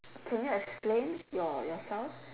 can you explain your yourself